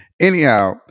anyhow